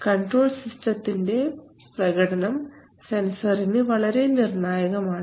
control സിസ്റ്റത്തിന്റെ പ്രകടനം സെൻസറിന് വളരെ നിർണായകമാണ്